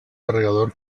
carregador